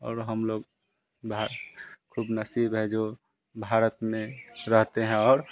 और हम लोग भा ख़ुशनसीब हैं जो भारत में रहते हैं और